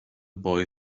boy